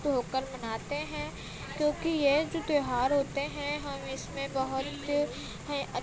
ہو کر مناتے ہیں کیونکہ یہ جو تیوہار ہوتے ہیں ہم اس میں بہت ہیں